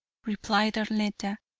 replied arletta,